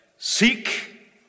seek